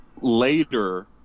later